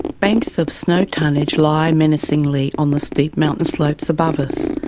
banks of snow tonnage lie menacingly on the steep mountain slopes above us,